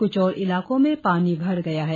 कुछ और इलाकों में पानी भर गया है